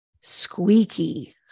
squeaky